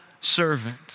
servant